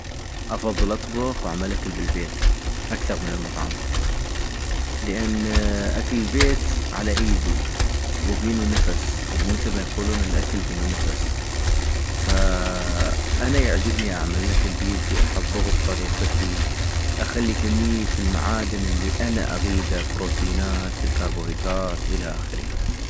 افضل اطبخ واعمل اكل بالبيت اكثغ من المطعم - لان اكل البيت على ايدي وبينو نفس، يعني مثل ما يقولون الاكل بينو نفس ، فأنا يعجبني اعمل الأكل بيدي احضغو بطريقتي اخلي كمية المعادن الي أنا اغيدا ، بروتينات الكاربوهيدرات إلى اخره